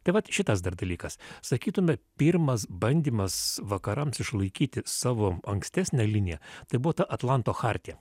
tai vat šitas dar dalykas sakytume pirmas bandymas vakarams išlaikyti savo ankstesnę liniją tai buvo ta atlanto chartija